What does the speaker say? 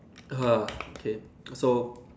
okay so